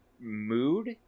mood